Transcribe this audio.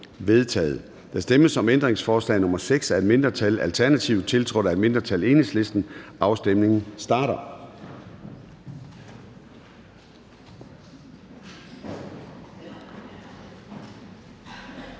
Der stemmes om ændringsforslag nr. 6 af et mindretal (ALT), tiltrådt af et mindretal (EL). Afstemningen starter.